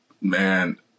Man